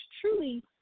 truly